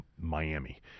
Miami